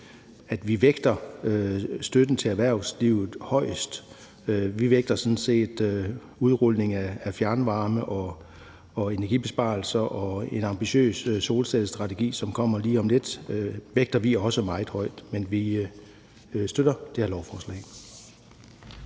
vi vægter støtten til erhvervslivet højest; vi vægter sådan set også udrulning af fjernvarme, energibesparelser og en ambitiøs solcellestrategi, som kommer lige om lidt, meget højt. Men vi støtter det her lovforslag.